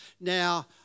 Now